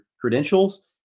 credentials